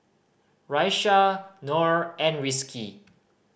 Raisya Nor and Rizqi